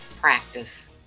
Practice